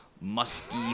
musky